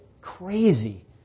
crazy